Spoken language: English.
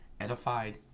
edified